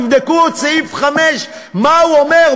תבדקו את סעיף 5, מה הוא אומר.